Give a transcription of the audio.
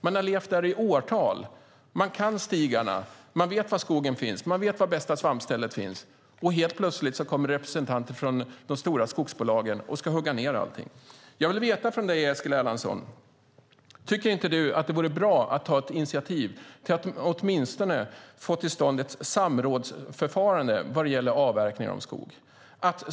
Man har levt där i åratal och kan skogen och stigarna och vet var bästa svampstället finns. Sedan kommer plötsligt representanter från de stora skogsbolagen och ska hugga ned allt. Eskil Erlandsson! Tycker inte du att det vore bra att ta ett initiativ till att åtminstone få till stånd ett samrådsförfarande vad gäller avverkning av skog?